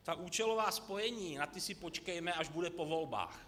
Na účelová spojení si počkejme, až bude po volbách.